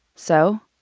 so,